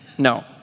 No